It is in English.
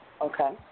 Okay